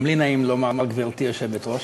גם לי נעים לומר: גברתי היושבת-ראש,